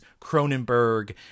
Cronenberg